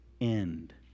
end